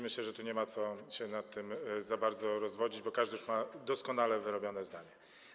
Myślę, że nie ma co się nad tym za bardzo rozwodzić, bo każdy już ma doskonale wyrobione zdanie.